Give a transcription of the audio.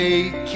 Take